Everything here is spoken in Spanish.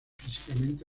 físicamente